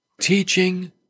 teaching